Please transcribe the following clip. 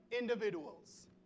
individuals